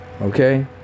okay